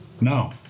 No